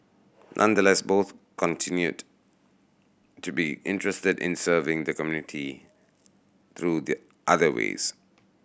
nonetheless both continued to be interested in serving the community through the other ways